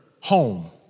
home